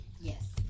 Yes